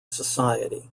society